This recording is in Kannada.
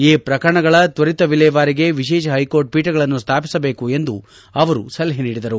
ಈ ಪ್ರಕರಣಗಳ ತ್ವರಿತ ವಿಲೇವಾರಿಗೆ ವಿಶೇಷ ಹೈಕೋರ್ಟ್ ಪೀಠಗಳನ್ನು ಸ್ಥಾಪಿಸಬೇಕು ಎಂದು ಅವರು ಸಲಹೆ ನೀಡಿದರು